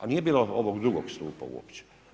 A nije bilo ovog drugog stupa uopće.